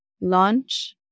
launch